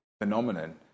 phenomenon